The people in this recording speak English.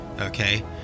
okay